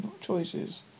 choices